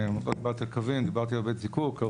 אני לא דיברתי על קווים, דיברתי על בית זיקוק.